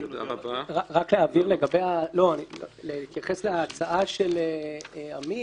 רק אתייחס להצעה של אמיר,